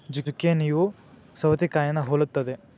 ಜುಕೇನಿಯೂ ಸೌತೆಕಾಯಿನಾ ಹೊಲುತ್ತದೆ